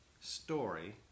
story